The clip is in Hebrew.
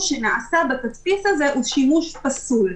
שנעשה בתדפיס הזה הוא שימוש פסול.